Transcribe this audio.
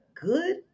good